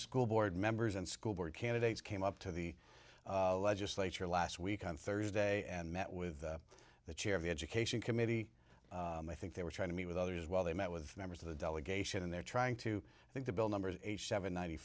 school board members and school board candidates came up to the legislature last week on thursday and met with the chair of the education committee i think they were trying to meet with others while they met with members of the delegation and they're trying to i think the bill numbers eighty seven ninety